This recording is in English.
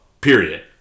Period